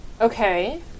Okay